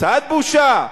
קצת בושה.